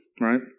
right